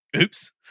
Oops